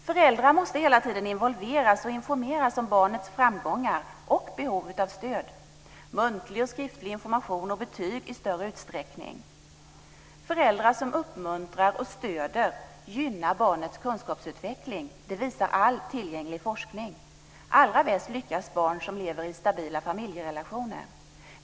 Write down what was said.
Föräldrar måste hela tiden involveras och informeras om barnets framgångar och behov av stöd. Muntlig och skriftlig information och betyg behövs i större utsträckning. Föräldrar som uppmuntrar och stöder gynnar barnets kunskapsutveckling. Det visar all tillgänglig forskning. Allra bäst lyckas barn som lever i stabila familjerelationer.